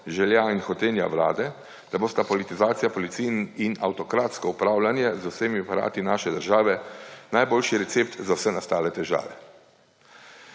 želja in hotenja vlade, da bosta politizacija policije in avtokratsko upravljanje z vsemi aparati naše države najboljši recept za vse nastale težave.